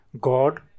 God